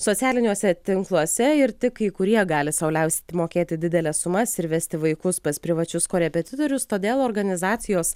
socialiniuose tinkluose ir tik kai kurie gali sau leisti mokėti dideles sumas ir vesti vaikus pas privačius korepetitorius todėl organizacijos